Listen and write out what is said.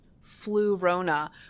flu-rona